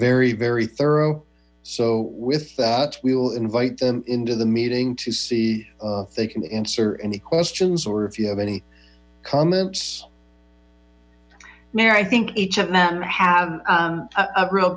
very very thorough so with that we will invite them into the meeting to see if they can answer any questions if you have any comments mary i think each of them have a real